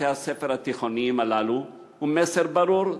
אל בתי-הספר התיכוניים הללו הוא מסר ברור,